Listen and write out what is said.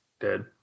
dead